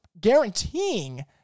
guaranteeing